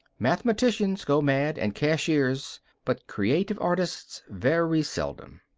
mathematicians go mad, and cashiers but creative artists very seldom.